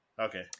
Okay